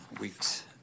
weeks